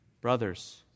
Brothers